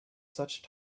such